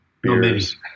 beers